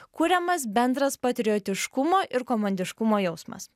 kuriamas bendras patriotiškumo ir komandiškumo jausmas